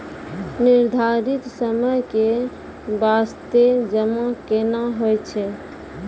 निर्धारित समय के बास्ते जमा केना होय छै?